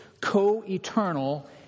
co-eternal